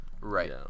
Right